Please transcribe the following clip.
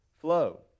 flow